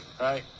right